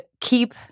keep